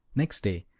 next day,